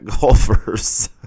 golfers